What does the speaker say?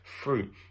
fruit